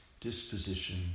disposition